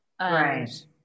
right